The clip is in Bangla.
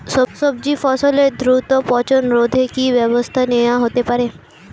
সবজি ফসলের দ্রুত পচন রোধে কি ব্যবস্থা নেয়া হতে পারে?